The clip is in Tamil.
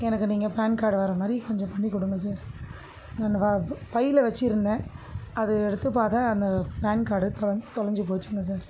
எனக்கு நீங்கள் பேன் கார்டு வர மாதிரி கொஞ்சம் பண்ணி கொடுங்க சார் என் வ ப் பையில் வச்சுருந்தேன் அதை எடுத்து பார்த்தா அந்த பேன் கார்டு தொலஞ்சு தொலஞ்சு போச்சுங்க சார்